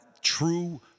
true